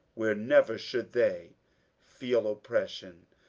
where never should they feel oppression,